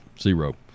Zero